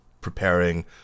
preparing